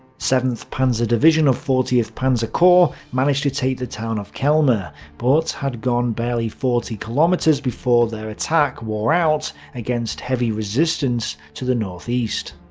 seventh panzer division of fortieth panzer corps managed to take the town of kelme, ah but had gone barely forty kilometers before their attack wore out against heavy resistance to the northeast.